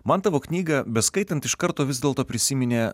man tavo knygą beskaitant iš karto vis dėlto prisiminė